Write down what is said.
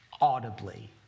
audibly